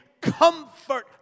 comfort